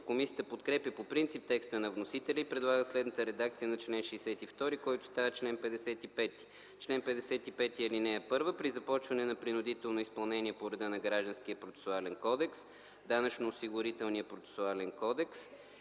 Комисията подкрепя по принцип текста на вносителя и предлага следната редакция на чл. 62, който става чл. 55: „Чл. 55. (1) При започване на принудително изпълнение по реда на Гражданския процесуален кодекс, Данъчно-осигурителния процесуален кодекс